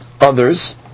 others